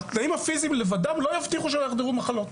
התנאים הפיזיים לבדם לא יבטיחו שלא יחדרו מחלות.